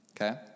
okay